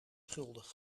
schuldig